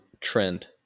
trend